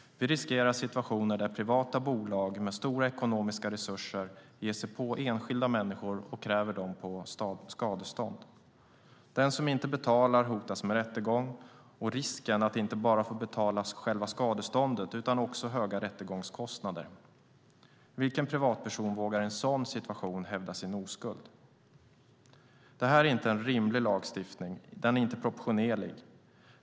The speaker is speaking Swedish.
Vi riskerar situationer där privata bolag med stora ekonomiska resurser ger sig på enskilda människor och kräver dem på skadestånd. Den som inte betalar hotas med rättegång och risken att inte bara få betala själva skadeståndet utan också höga rättegångskostnader. Vilken privatperson vågar i en sådan situation hävda sin oskuld? Det här är inte en rimlig lagstiftning. Den är inte proportionerlig.